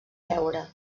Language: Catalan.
deure